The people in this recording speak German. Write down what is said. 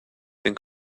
den